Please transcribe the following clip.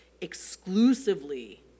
exclusively